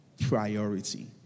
Priority